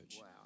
Wow